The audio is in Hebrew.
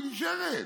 היא נשארת,